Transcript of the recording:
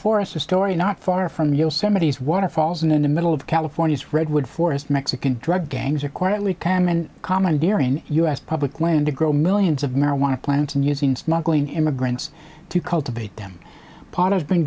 forest a story not far from yosemite's waterfalls and in the middle of california's redwood forest mexican drug gangs are quietly common commandeering u s public land to grow millions of marijuana plants and using smuggling immigrants to cultivate them pot has been